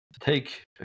take